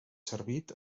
servit